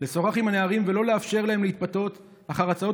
לשוחח עם הנערים ולא לאפשר להם להתפתות אחר הצעות